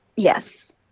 Yes